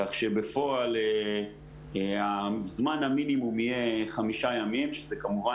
כך שבפועל זמן המינימום יהיה חמישה ימים כמובן